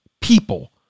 people